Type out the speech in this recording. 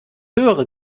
höhere